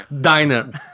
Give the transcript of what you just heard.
diner